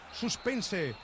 suspense